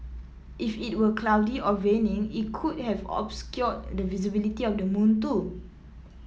if it were cloudy or raining it could have obscured the visibility of the moon too